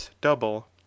double